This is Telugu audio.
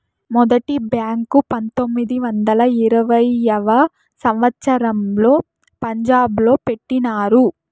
మొదటి బ్యాంకు పంతొమ్మిది వందల ఇరవైయవ సంవచ్చరంలో పంజాబ్ లో పెట్టినారు